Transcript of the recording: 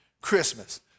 Christmas